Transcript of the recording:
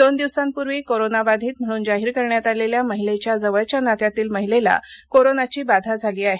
दोन दिवसांपूर्वी करोनाबाधित म्हणून जाहीर करण्यात आलेल्या महिलेच्या जवळच्या नात्यातील महिलेला करोनाची बाधा झाली आहे